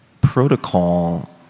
protocol